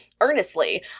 earnestly